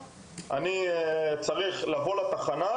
אני צריך לבוא לתחנת המשטרה,